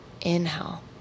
Inhale